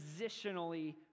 positionally